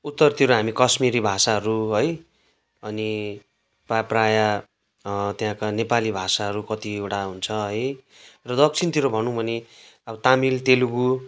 उत्तरतिर हामी कश्मिरी भाषाहरू है अनि पा प्रायः त्यहाँका नेपाली भाषाहरू कतिवटा हुन्छ है र दक्षिणतिर भनौँ भने अब तामिल तेलेगु